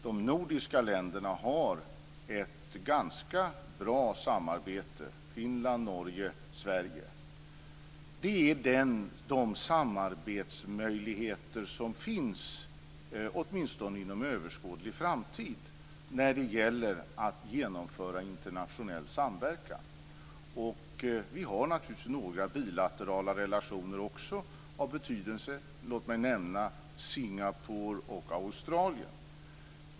De nordiska länderna Finland, Norge och Sverige har ett ganska bra samarbete. Det är de samarbetsmöjligheter som finns när det gäller att genomföra internationell samverkan, åtminstone inom överskådlig framtid. Vi har naturligtvis också några bilaterala relationer av betydelse. Låt mig nämna Singapore och Australien.